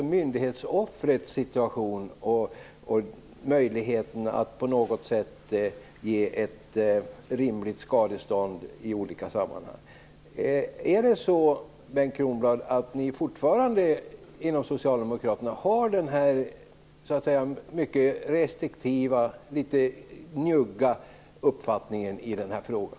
Det gäller myndighetsoffrets situation och möjligheten att ge ett rimligt skadestånd i olika sammanhang. Är det så, Bengt Kronblad, att ni fortfarande inom Socialdemokraterna har denna mycket restriktiva, litet njugga, uppfattning i frågan?